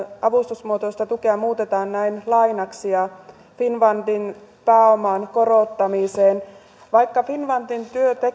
avustusmuotoista tukea muutetaan näin lainaksi ja finnfundin pääoman korottamiseen vaikka finnfundin